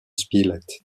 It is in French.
spilett